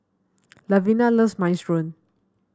Lavina loves Minestrone